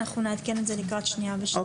אנחנו נעדכן את זה לקראת שנייה ושלישית.